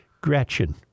Gretchen